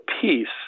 peace